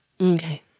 Okay